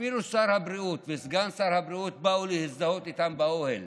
אפילו שר הבריאות וסגן שר הבריאות באו להזדהות איתם באוהל.